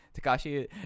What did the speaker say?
Takashi